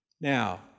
Now